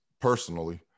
personally